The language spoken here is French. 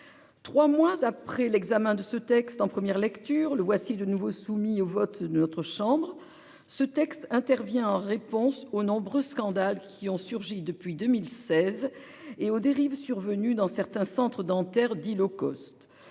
3 mois après l'examen de ce texte en première lecture, le voici de nouveau soumis au vote notre chambre ce texte intervient en réponse aux nombreux scandales qui ont surgi depuis 2016 et aux dérives survenues dans certains centres dentaires dit low cost.